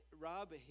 Rob